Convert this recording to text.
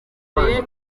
mbere